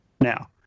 Now